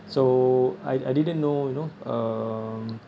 so I I didn't know you know uh